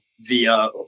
via